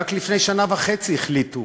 רק לפני שנה וחצי החליטו